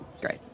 Great